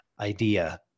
idea